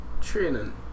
Training